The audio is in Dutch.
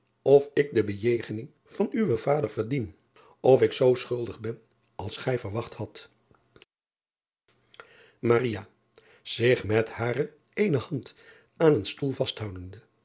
of ik de bejegening van uwen vader verdien of ik zoo schuldig ben als gij verwacht hadt ich met hare eene hand aan een stoel vasthoudende